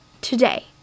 today